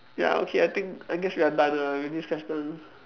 ya okay I think I guess we are done lah with this question